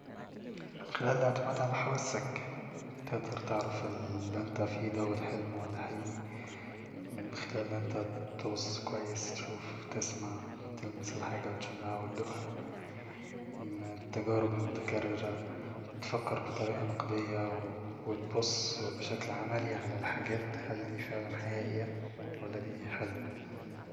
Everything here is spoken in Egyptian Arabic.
من خلال الاعتماد على حواسك تقدر تعرف اللي انت فيه دا حلم ولا حقيقي من خلال أن انت تبص كويس تشوف تسمع تلمس الحاجة وتشمها وتدوقها من التجارب المتكررة تفكر بطريقة نقدية وتبص بشكل عملي على الحاجات هل دي فعلا حقيقية ولا دي حلم